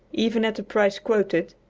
even at the price quoted,